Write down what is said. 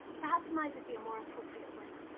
perhaps surmise would be a more appropriate word,